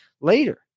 later